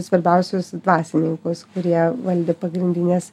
svarbiausius dvasininkus kurie valdė pagrindines